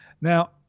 Now